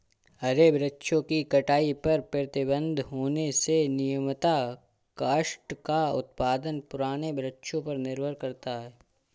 हरे वृक्षों की कटाई पर प्रतिबन्ध होने से नियमतः काष्ठ का उत्पादन पुराने वृक्षों पर निर्भर करता है